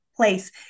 Place